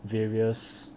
various